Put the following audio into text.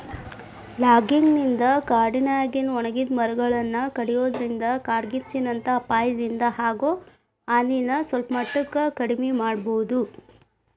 logging ನಿಂದ ಕಾಡಿನ್ಯಾಗಿನ ಒಣಗಿದ ಮರಗಳನ್ನ ಕಡಿಯೋದ್ರಿಂದ ಕಾಡ್ಗಿಚ್ಚಿನಂತ ಅಪಾಯದಿಂದ ಆಗೋ ಹಾನಿನ ಸಲ್ಪಮಟ್ಟಕ್ಕ ಕಡಿಮಿ ಮಾಡಬೋದು